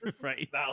right